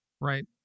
Right